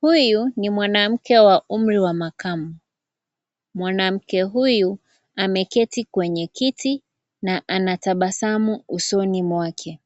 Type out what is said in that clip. Huyu ni mwanamke wa umri wa makamu. Mwanamke huyu ameketi kwenye kiti na anatabasamu usoni mwake.